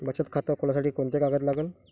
बचत खात खोलासाठी कोंते कागद लागन?